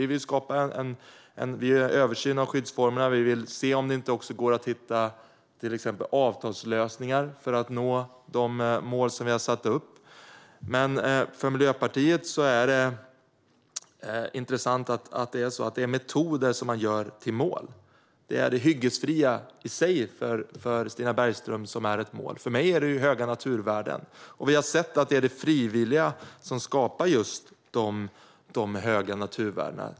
Vi vill göra en översyn av skyddsformerna, och vi vill se om det går att ta fram avtalslösningar för att nå uppsatta mål. Men det är intressant att för Miljöpartiet innebär metoder mål. Det är det hyggesfria i sig som är ett mål för Stina Bergström. För mig är det höga naturvärden. Vi har sett att det är det frivilliga arbetet som skapar de höga naturvärdena.